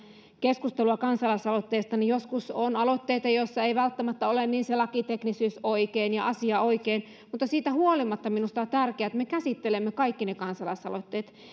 keskustelua kansalaisaloitteista niin joskus on aloitteita joissa ei välttämättä ole niin se lakiteknisyys oikein ja asia oikein mutta siitä huolimatta minusta on tärkeää että me käsittelemme kaikki ne kansalaisaloitteet